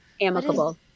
amicable